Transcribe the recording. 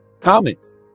comments